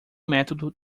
método